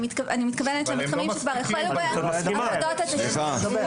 אני מתכוונת למתחמים שכבר החלו בהן עבודות התשתית.